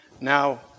now